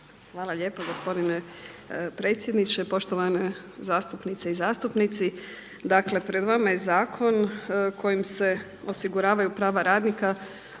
Hvala lijepo gospodine predsjedniče, poštovane zastupnice i zastupnici. Dakle pred vama je zakon kojim se osiguravaju prava radnika